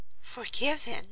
Forgiven